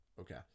Okay